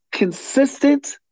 consistent